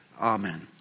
Amen